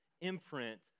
imprint